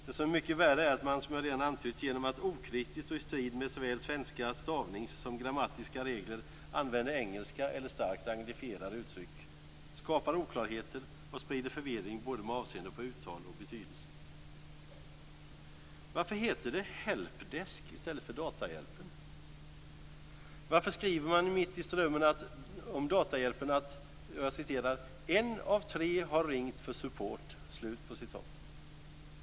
Det som är mycket värre är att man, som jag redan antytt, genom att okritiskt och i strid med svenska såväl stavningsregler som grammatiska regler använder engelska eller starkt anglifierade uttryck, skapar oklarheter och sprider förvirring både med avseende på uttal och betydelse. Varför heter det help desk i stället för datahjälpen? Varför skriver man i Mitt i Strömmen om datahjälpen att "en av tre har ringt för support".